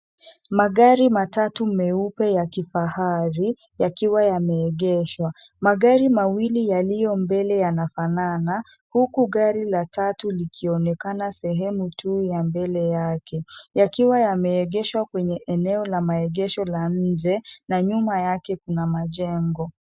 Magari matatu meupe ya kifahari, yakiwa yameegeshwa. Magari mawili yaliyo mbele yanafanana, huku gari la tatu likionekana sehemu tu ya mbele yake, yakiwa yameegeshwa kwenye eneo la maegesho la nje na nyuma yake kuna majengo.